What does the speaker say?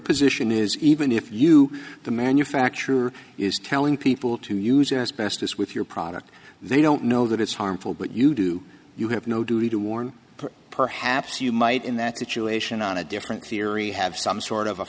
position is even if you the manufacturer is telling people to use it as best as with your product they don't know that it's harmful but you do you have no duty to warn perhaps you might in that situation on a different theory have some sort of a